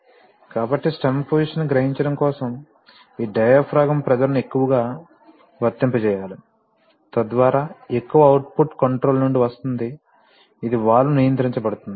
కాబట్టి stem position ని గ్రహించడం కోసం ఈ డయాఫ్రాగమ్ ప్రెషర్ ను ఎక్కువగా వర్తింపజేయాలి తద్వారా ఎక్కువ అవుట్పుట్ కంట్రోలర్ నుండి వస్తుంది ఇది వాల్వ్ నియంత్రించబడుతోంది